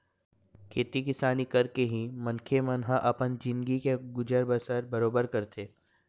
खेती किसानी करके ही मनखे मन ह अपन जिनगी के गुजर बसर बरोबर करथे